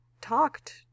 talked